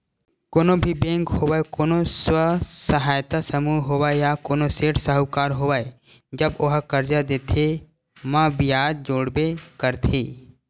कोनो भी बेंक होवय कोनो स्व सहायता समूह होवय या कोनो सेठ साहूकार होवय जब ओहा करजा देथे म बियाज जोड़बे करथे